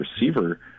receiver